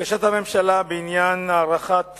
בקשת הממשלה בעניין הארכת